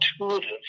intuitive